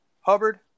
Hubbard